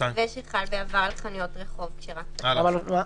ואנחנו עדיין רחוקים מאוד מהנקודה הזאת.